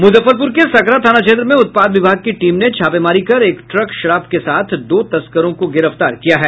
मुजफ्फरपुर के सकरा थाना क्षेत्र में उत्पाद विभाग की टीम ने छापेमारी कर एक ट्रक शराब के साथ दो तस्करों को गिरफ्तार किया है